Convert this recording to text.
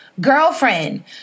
girlfriend